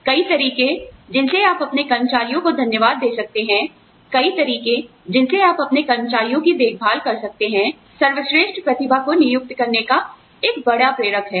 कई तरीके जिनसे आप अपने कर्मचारियों को धन्यवाद दे सकते हैं कई तरीके जिनसे आप अपने कर्मचारियों की देखभाल कर सकते हैं सर्वश्रेष्ठ प्रतिभा को नियुक्त करने का एक बड़ा प्रेरक है